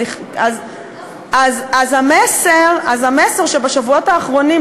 אז המסר שבשבועות האחרונים,